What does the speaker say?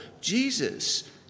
Jesus